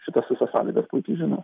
šitas visas sąlygas puikiai žino